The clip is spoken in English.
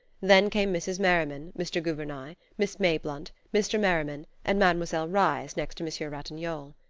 then came mrs. merriman, mr. gouvernail, miss mayblunt, mr. merriman, and mademoiselle reisz next to monsieur ratignolle.